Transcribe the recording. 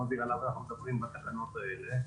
עליו אנחנו מדברים בתקנות האלה,